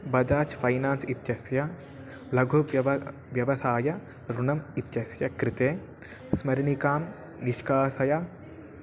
Bajaj finance इत्यस्य लघुव्यवः व्यवसाय ऋणम् इत्यस्य कृते स्मरणिकां निष्कासय